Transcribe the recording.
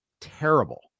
terrible